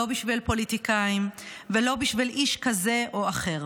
לא בשביל פוליטיקאים ולא בשביל איש כזה או אחר.